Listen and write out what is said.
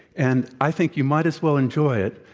and i think you might as well enjoy it,